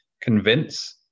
convince